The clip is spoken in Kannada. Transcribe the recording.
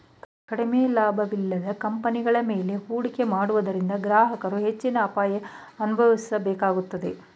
ಕಡಿಮೆ ಲಾಭವಿಲ್ಲದ ಕಂಪನಿಗಳ ಮೇಲೆ ಹೂಡಿಕೆ ಮಾಡುವುದರಿಂದ ಗ್ರಾಹಕರು ಹೆಚ್ಚಿನ ಅಪಾಯ ಅನುಭವಿಸಬೇಕಾಗುತ್ತದೆ